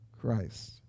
Christ